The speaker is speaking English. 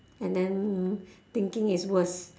and then thinking is worse